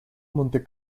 monte